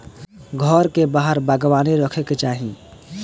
घर के बाहर बागवानी रखे के चाही